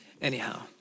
Anyhow